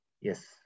Yes